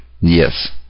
yes